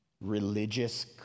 religious